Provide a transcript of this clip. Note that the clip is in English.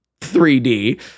3d